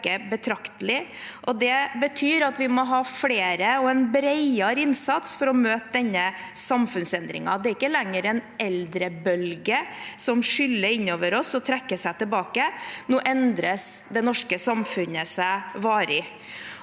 eldre øke betraktelig. Det betyr at vi må ha en bredere innsats for å møte denne samfunnsendringen. Det er ikke lenger en eldrebølge som skyller innover oss og trekker seg tilbake. Nå endres det norske samfunnet varig.